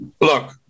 look